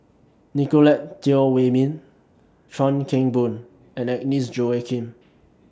Nicolette Teo Wei Min Chuan Keng Boon and Agnes Joaquim